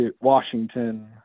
Washington